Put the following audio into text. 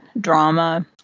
drama